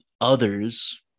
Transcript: others